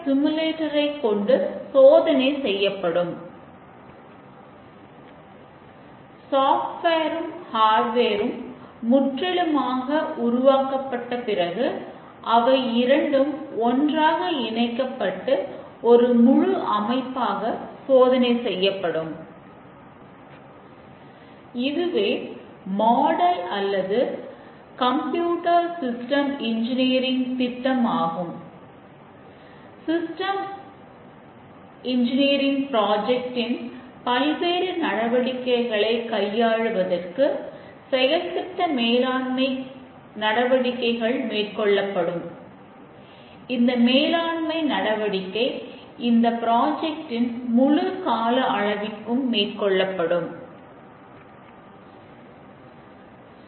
தற்போது சோதனை முயற்சிகள் அதன் உருவாக்க காலம் முழுவதும் பரவி இருப்பதற்கு இது மற்றொரு அடிப்படைக் காரணம்